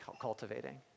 cultivating